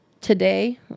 Today